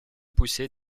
poussée